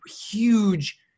huge